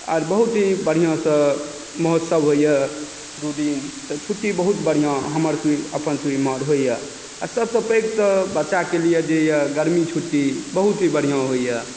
आर बहुत ही बढ़िआँसँ महोत्सव होइए दू दिन तऽ छुट्टी बहुत बढ़िआँ हमरसभके अपनसभके इम्हर होइए आ सभसँ पैघ तऽ बच्चाके लिए यए जे गर्मी छुट्टी बहुत ही बढ़िआँ होइए